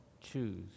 choose